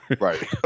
Right